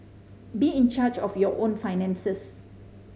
be in charge of your own finances